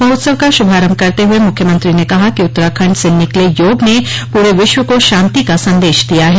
महोत्सव का शुभारम्भ करते हए मुख्यमंत्री ने कहा कि उत्तराखंड से निकले योग ने पूरे विश्व को शांति का संदेश दिया है